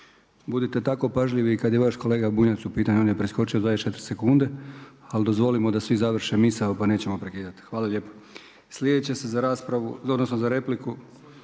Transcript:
Budite tako pažljivi i kada je vaš kolega Bunjac u pitanju, on je preskočio 24 sekunde ali dozvolimo da svi završe misao pa nećemo prekidati. Hvala lijepo. Sljedeća se za repliku,